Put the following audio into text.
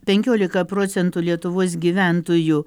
penkiolika procentų lietuvos gyventojų